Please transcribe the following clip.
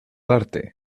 arte